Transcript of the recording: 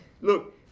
Look